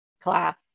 class